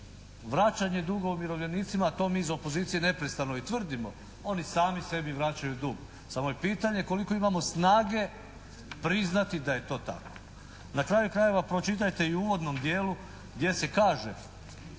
vraćanje duga umirovljenicima to mi iz opozicije neprestano i tvrdimo oni sami sebi vraćaju dug, samo je pitanje koliko imamo snage priznati da je to tako. Na kraju krajeva pročitajte i u uvodnom dijelu gdje se kaže,